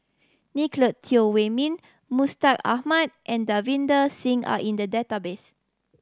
Nicolette Teo Wei Min Mustaq Ahmad and Davinder Singh are in the database